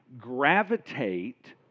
gravitate